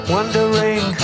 Wondering